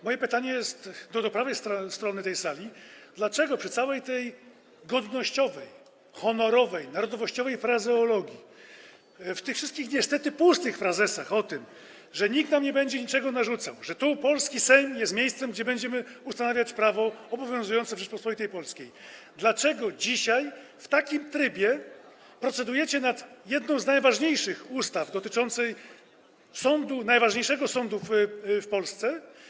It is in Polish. Moje pytanie jest do prawej strony tej sali: Dlaczego przy całej tej godnościowej, honorowej, narodowościowej frazeologii w tych wszystkich niestety pustych frazesach o tym, że nikt nam nie będzie niczego narzucał, że to polski Sejm jest miejscem, gdzie będziemy ustanawiać prawo obowiązujące w Rzeczypospolitej Polskiej, dlaczego dzisiaj w takim trybie procedujecie nad jedną z najważniejszych ustaw dotyczących najważniejszego sądu w Polsce?